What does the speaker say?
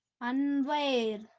unaware